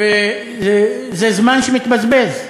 וזה זמן שמתבזבז,